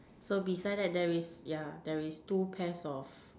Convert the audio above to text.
so beside that there is yeah there is two pairs of